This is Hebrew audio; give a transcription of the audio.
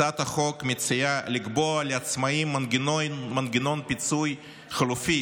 הצעת החוק מציעה לקבוע לעצמאים מנגנון פיצוי חלופי,